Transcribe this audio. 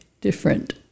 different